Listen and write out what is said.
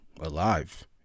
alive